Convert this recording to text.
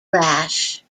rash